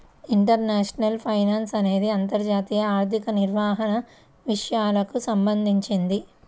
international finance అనేది అంతర్జాతీయ ఆర్థిక నిర్వహణ విషయాలకు సంబంధించింది